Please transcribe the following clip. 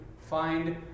find